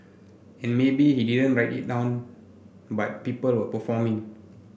and maybe he didn't write it down but people were performing